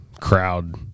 crowd